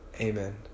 Amen